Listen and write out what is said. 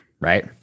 right